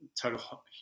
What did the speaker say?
total